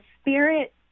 spirit